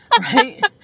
Right